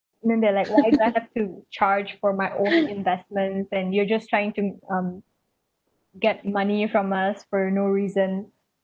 then they like why do I have to charge for my own investment then you're just trying to um get money from us for no reason